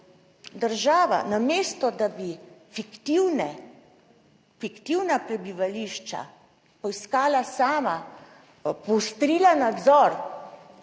država namesto, da bi fiktivna prebivališča poiskala sama, poostrila nadzor,